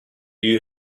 you